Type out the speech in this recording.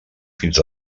fins